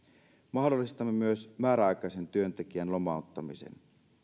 mahdollistamme myös määräaikaisen työntekijän lomauttamisen